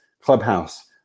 clubhouse